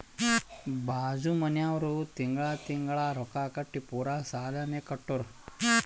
ಬಾಜು ಮನ್ಯಾವ್ರು ತಿಂಗಳಾ ತಿಂಗಳಾ ರೊಕ್ಕಾ ಕಟ್ಟಿ ಪೂರಾ ಸಾಲಾನೇ ಕಟ್ಟುರ್